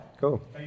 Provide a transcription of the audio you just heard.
cool